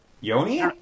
Yoni